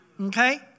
Okay